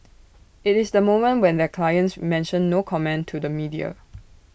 IT is the moment when their clients mention no comment to the media